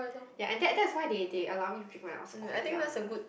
ya and that that's why they they allow me drink when I was quite young ah